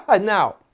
Now